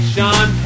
Sean